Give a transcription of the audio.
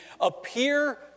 appear